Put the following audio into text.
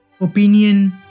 Opinion